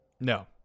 No